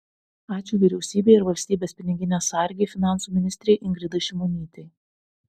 ačiū vyriausybei ir valstybės piniginės sargei finansų ministrei ingridai šimonytei